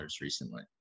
recently